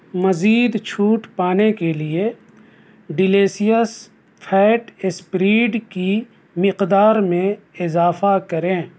مزید چھوٹ پانے کے لیے ڈیلیسیئس پھیٹ اسپریڈ کی مقدار میں اضافہ کریں